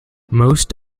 most